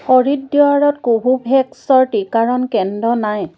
হৰিদ্বাৰত কোভোভেক্সৰ টিকাৰণ কেন্দ নাই